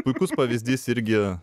puikus pavyzdys irgi